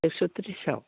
एक्स' ट्रिसाव